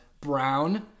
brown